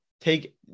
take